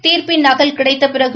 தீர்ப்பின் நகல் கிடைத்த பிறகு